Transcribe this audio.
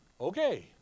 Okay